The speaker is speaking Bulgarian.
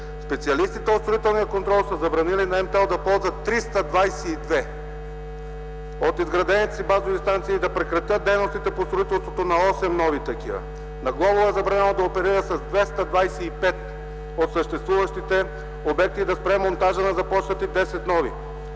Специалистите от Строителния контрол са забранили на „Мтел” да ползва 322 от изградените си базови станции, да прекратят дейностите по строителството на нови осем такива. На „Глобул” е забранено да оперира с 225 от съществуващите обекти и да спре монтажа на започнати нови